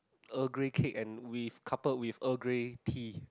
Earl Grey cake and with coupled with Earl Grey tea